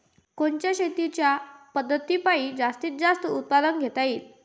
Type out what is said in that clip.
कोनच्या शेतीच्या पद्धतीपायी जास्तीत जास्त उत्पादन घेता येईल?